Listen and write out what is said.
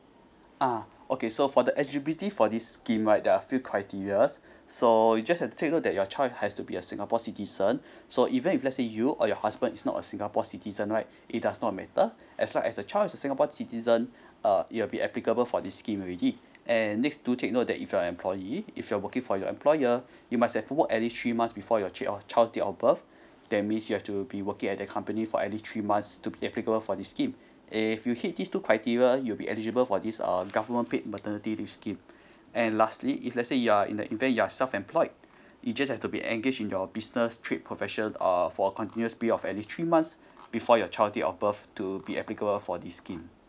ah okay so for the L_G_B_T for this scheme right there are few criteria so you just have to take note that your child has to be a singapore citizen so even if lets say you or your husband is not a singapore citizen right it does not matter as long as the child is singapore citizen uh it will be applicable for this scheme already and next do take note that if your an employee if you're working for your employer you must have worked at least three months before your chi~ your child date of birth that means you have to be working at a company for any three months to be applicable for this scheme eh if you hit these two criteria you'll be eligible for this um government paid maternity leave scheme and lastly if lets say you're in the event you're self employed you just have to be engaged in your business trip profession err for a continuous period of at least three months before your child date of birth to be applicable for this scheme